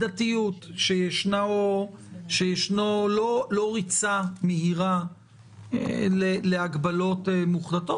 מידתיות, שאין ריצה מהירה להגבלות מוחלטות.